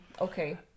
Okay